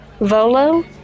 Volo